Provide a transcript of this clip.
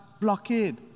blockade